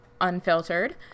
unfiltered